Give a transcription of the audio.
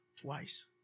Twice